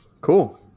cool